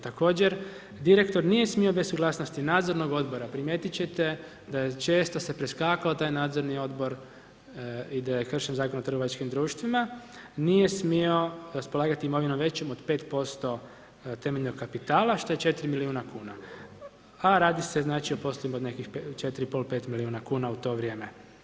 Također, direktor nije smio bez suglasnosti nadzornog odbora, primijetit ćete da često se preskakao taj nadzorni odbor i da je kršen Zakon o trgovačkim društvima, nije smio raspolagati imovinom većom od 5% temeljnog kapitala što je 4 milijuna kuna, a radi se o poslovima od nekih 4 i pol, 5 milijuna kuna u to vrijeme.